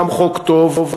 גם חוק טוב.